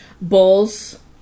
Bowls